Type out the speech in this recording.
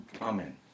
Amen